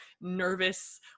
nervous